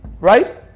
right